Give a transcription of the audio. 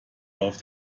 auf